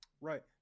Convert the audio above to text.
Right